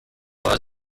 was